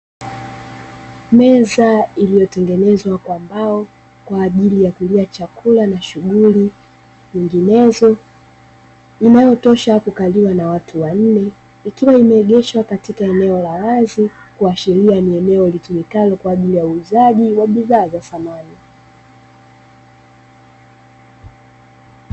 Meza iliyotengenezwa kwa mbao kwa ajili ya kulia chakula na shughuli nyinginezo, inayotosha kukaliwa na watu wanne, ikiwa imeegeshwa katika eneo la wazi, kuashiria ni eneo litumikalo kwa ajili ya uuzaji wa bidhaa za samani.